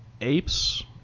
apes